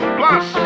plus